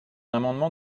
amendement